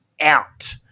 out